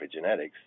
epigenetics